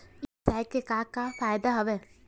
ई व्यवसाय के का का फ़ायदा हवय?